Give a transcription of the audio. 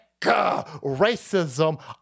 racism